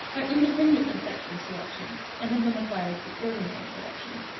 are independent of sexual selection, and have been acquired through ordinary selection.